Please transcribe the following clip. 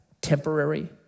Temporary